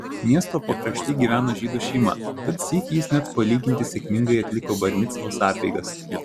miesto pakrašty gyveno žydų šeima tad sykį jis net palyginti sėkmingai atliko bar micvos apeigas